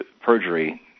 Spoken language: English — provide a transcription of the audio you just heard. perjury